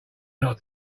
not